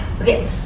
okay